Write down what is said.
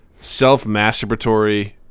self-masturbatory